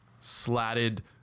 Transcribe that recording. slatted